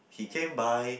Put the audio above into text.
he came by